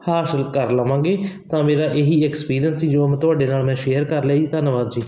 ਹਾਸਲ ਕਰ ਲਵਾਂਗੇ ਤਾਂ ਮੇਰਾ ਇਹ ਹੀ ਐਕਸਪੀਰੀਅਂਸ ਸੀ ਜੋ ਮੈਂ ਤੁਹਾਡੇ ਨਾਲ ਮੈਂ ਸ਼ੇਅਰ ਕਰ ਲਿਆ ਜੀ ਧੰਨਵਾਦ ਜੀ